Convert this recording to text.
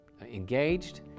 engaged